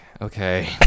okay